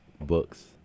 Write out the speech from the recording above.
books